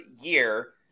year